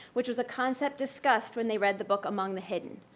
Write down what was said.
which was a concept discussed when they read the book among the hidden.